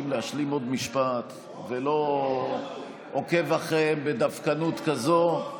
להשלים עוד משפט ולא עוקב אחריהם בדווקנות כזאת,